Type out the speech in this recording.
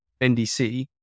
NDC